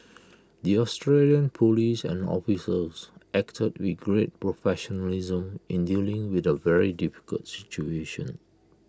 the Australian Police and officials acted with great professionalism in dealing with A very difficult situation